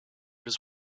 his